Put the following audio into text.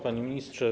Panie Ministrze!